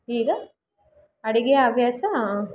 ಈಗ ಅಡಿಗೆ ಹವ್ಯಾಸ